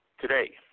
today